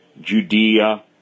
Judea